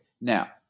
Now